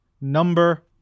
number